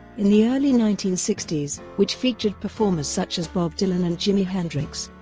in the early nineteen sixty s, which featured performers such as bob dylan and jimi hendrix.